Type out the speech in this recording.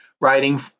writing—